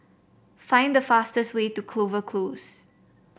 find the fastest way to Clover Close